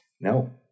No